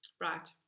right